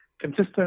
consistent